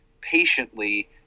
patiently